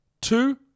two